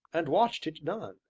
and watched it done,